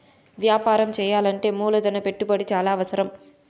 వ్యాపారం చేయాలంటే మూలధన పెట్టుబడి చాలా అవసరం